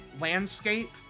landscape